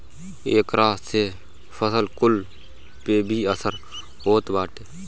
एकरा से फसल कुल पे भी असर होत बाटे